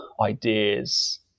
ideas